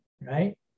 right